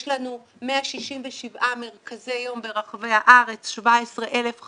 יש לנו 167 מרכזי יום ברחבי הארץ, 17,500